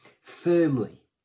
firmly